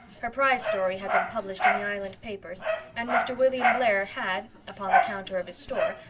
her prize story had been published in the island papers and mr. william blair had, upon the counter of his store,